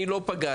אני לא פגעתי,